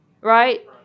Right